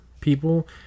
people